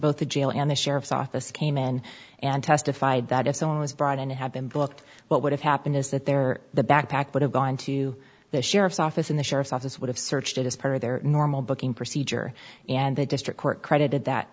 both the jail and the sheriff's office came in and testified that if someone was brought in to have been booked what would have happened is that there the backpack would have gone to the sheriff's office in the sheriff's office would have searched it as part of their normal booking procedure and the district court credited that